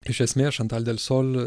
iš esmės šantal delsol